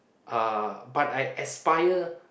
uh but I aspire